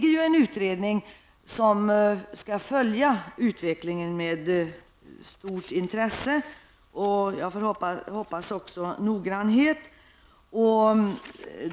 En utredning skall följa utvecklingen med stort intresse och jag får hoppas också med noggrannhet.